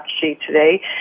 today